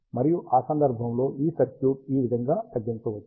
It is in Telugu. మరియు ఆ సందర్భంలో ఈ సర్క్యూట్ ఈ విధముగా తగ్గించవచ్చు